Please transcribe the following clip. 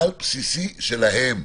סל בסיסי שלהם,